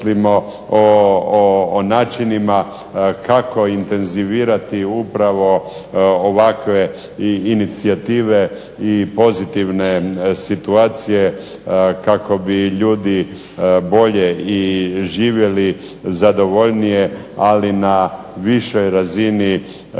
o načinima kako intenzivirati upravo ovakve inicijative i pozitivne situacije kako bi ljudi bolje i živjeli, zadovoljnije, ali na višoj razini zadovoljavanja